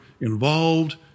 involved